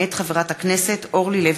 מאת חברי הכנסת דב